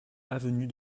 avenue